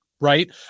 right